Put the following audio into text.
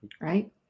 right